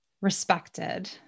respected